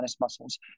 muscles